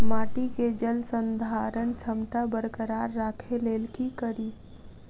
माटि केँ जलसंधारण क्षमता बरकरार राखै लेल की कड़ी?